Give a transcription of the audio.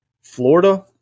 Florida